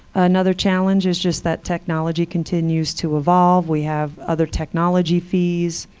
another challenge is just that technology continues to evolve. we have other technology fees.